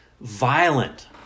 violent